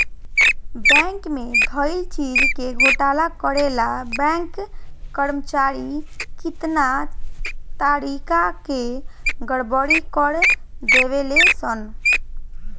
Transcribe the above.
bank में धइल चीज के घोटाला करे ला बैंक कर्मचारी कितना तारिका के गड़बड़ी कर देवे ले सन